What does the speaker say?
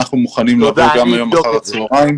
אנחנו מוכנים לדון גם היום אחר הצהרים